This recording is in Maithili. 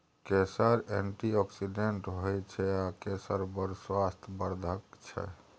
केसर एंटीआक्सिडेंट होइ छै आ केसर बड़ स्वास्थ्य बर्धक छै